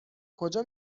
کجا